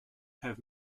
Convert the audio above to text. have